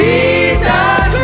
Jesus